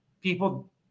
people